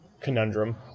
conundrum